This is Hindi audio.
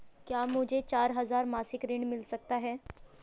क्या मुझे चार हजार मासिक ऋण मिल सकता है?